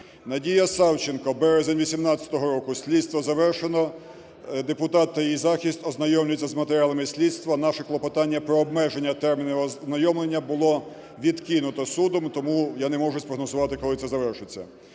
Надія Савченко – березень 18-го року. Слідство завершено, депутат та її захист ознайомлюються з матеріалами слідства, наше клопотання про обмеження терміну ознайомлення було відкинуто судом, і тому я не можу спрогнозувати, коли це завершиться.